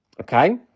okay